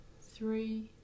three